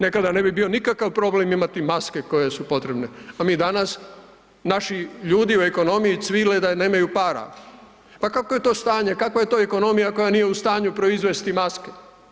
Nekada ne bi bio nikakav problem imati maske koje su potrebne, a mi danas, naši ljudi u ekonomiji cvile da nemaju para, pa kakvo je to stanje, kakva je to ekonomija koja nije u stanju proizvesti maske?